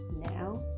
now